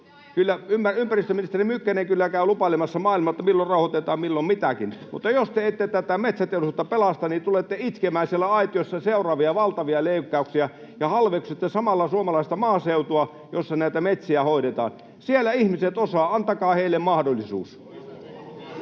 Ympäristöministeri Mykkänen kyllä käy lupailemassa maailmalle, että rahoitetaan milloin mitäkin, mutta jos te ette metsäteollisuutta pelasta, niin tulette itkemään siellä aitiossa seuraavia valtavia leikkauksia ja halveksutte samalla suomalaista maaseutua, jossa näitä metsiä hoidetaan. Siellä ihmiset osaavat, antakaa heille mahdollisuus.